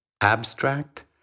Abstract